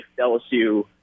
LSU